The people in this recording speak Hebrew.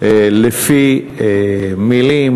לפי מילים.